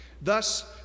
Thus